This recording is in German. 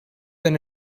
eine